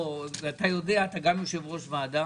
אם נשב שעה ותסביר לי מה עשיתם,